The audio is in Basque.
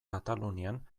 katalunian